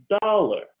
dollar